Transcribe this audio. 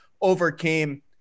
overcame